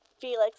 Felix